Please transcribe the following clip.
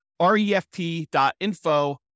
refp.info